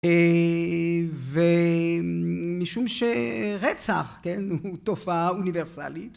ומשום שרצח כן הוא תופעה אוניברסלית